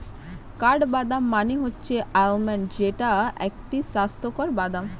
কাঠবাদাম মানে হচ্ছে আলমন্ড যেইটা একটি স্বাস্থ্যকর বাদাম